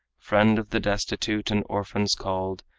friend of the destitute and orphans called.